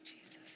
Jesus